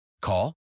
Call